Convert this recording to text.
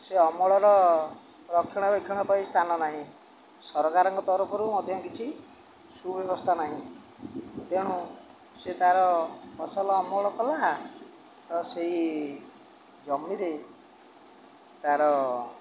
ସେ ଅମଳର ରକ୍ଷଣାବେକ୍ଷଣ ପାଇଁ ସ୍ଥାନ ନାହିଁ ସରକାରଙ୍କ ତରଫରୁ ମଧ୍ୟ କିଛି ସୁବ୍ୟବସ୍ଥା ନାହିଁ ତେଣୁ ସେ ତା'ର ଫସଲ ଅମଳ କଲା ତ ସେଇ ଜମିରେ ତା'ର